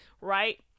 right